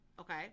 Okay